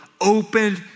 opened